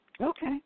Okay